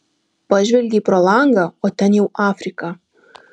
pažvelgei pro langą o ten jau afrika